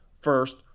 first